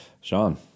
Sean